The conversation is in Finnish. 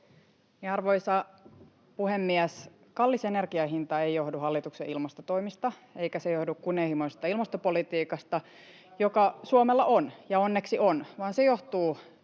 Arvoisa puhemies! Kallis energian hinta ei johdu hallituksen ilmastotoimista, eikä se johdu kunnianhimoisesta ilmastopolitiikasta, joka Suomella on — ja onneksi on — vaan se johtuu